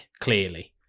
clearly